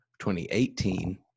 2018